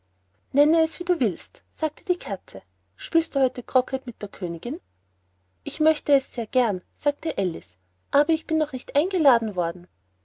nenne es wie du willst sagte die katze spielst du heut croquet mit der königin ich möchte es sehr gern sagte alice aber ich bin noch nicht eingeladen worden